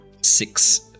Six